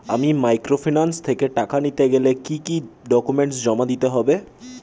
আমি মাইক্রোফিন্যান্স থেকে টাকা নিতে গেলে কি কি ডকুমেন্টস জমা দিতে হবে?